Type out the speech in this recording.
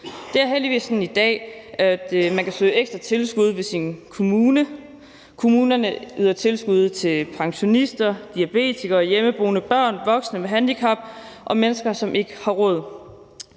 Det er heldigvis sådan i dag, at man kan søge ekstra tilskud ved sin kommune. Kommunerne yder tilskud til pensionister, diabetikere, hjemmeboende børn, voksne med handicap og mennesker, som ikke har råd.